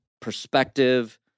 perspective